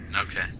Okay